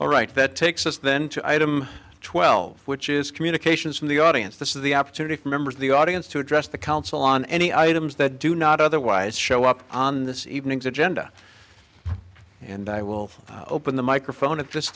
all right that takes us then to item twelve which is communications from the audience this is the opportunity for members of the audience to address the council on any items that do not otherwise show up on this evening's agenda and i will open the microphone at this